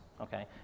okay